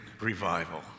revival